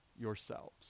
yourselves